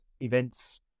events